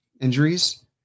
injuries